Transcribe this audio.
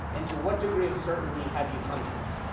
and to what degree of certainty have you come to it?